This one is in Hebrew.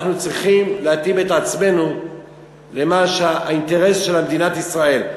אנחנו צריכים להתאים את עצמנו לאינטרס של מדינת ישראל.